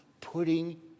putting